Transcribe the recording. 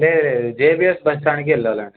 లేదు లేదు అంటే జే బీ ఎస్ బస్స్టాండ్కి వెళ్ళాలండి